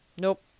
Nope